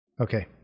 Okay